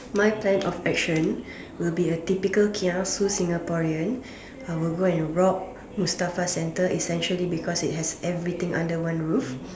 my plan of action will be a typical kiasu Singaporean I will go and rob Mustafa centre essentially because it has everything under one roof